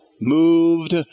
moved